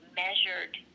measured